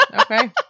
Okay